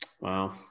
wow